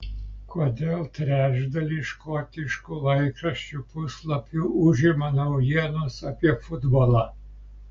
kodėl trečdalį škotiškų laikraščių puslapių užima naujienos apie futbolą